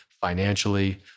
financially